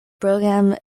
brougham